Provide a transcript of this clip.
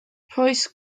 rhoes